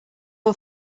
all